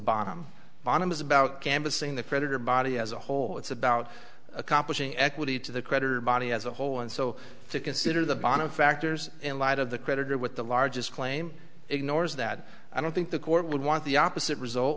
bottom bottom is about canvassing the creditor body as a whole it's about accomplishing equity to the creditor body as a whole and so to consider the bottom factors in light of the creditor with the largest claim ignores that i don't think the court would want the opposite result